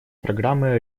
программы